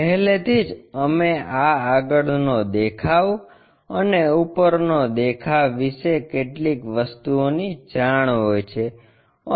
પહેલેથી જ અમે આ આગળનો દેખાવ અને ઉપરનો દેખાવ વિશે કેટલીક વસ્તુઓ ની જાણ હોય છે